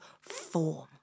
form